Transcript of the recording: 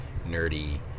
nerdy